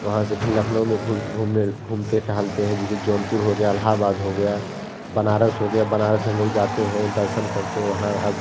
वहाँ से फ़िर लखनऊ में घुर घूमने घूमते टहलते हैं जैसे जौनपुर हो गया अलाहाबाद हो गया है बनारस हो गया बनारस हम लोग जाते हैं दर्शन करते हैं वहाँ अब